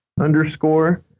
underscore